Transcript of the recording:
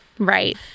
Right